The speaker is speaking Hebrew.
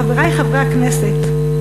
חברי חברי הכנסת,